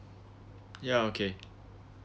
ya okay